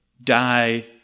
die